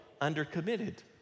under-committed